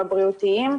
הבריאותיים,